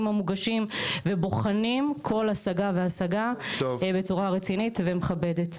המוגשים ובוחנים כל השגה והשגה בצורה רצינית ומכבדת.